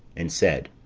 and said